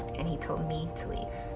and he told me to leave.